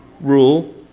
rule